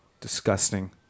disgusting